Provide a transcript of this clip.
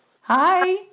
Hi